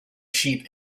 sheep